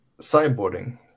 sideboarding